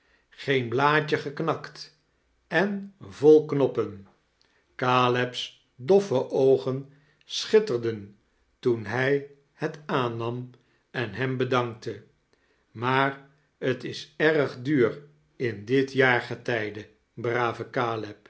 geen blaadje geknakt en vol knoppen caleb's doffe oogen schitterden toen hij het aannam en hem bedankte maar t is erg duur in dit jaargetij brave